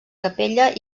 capella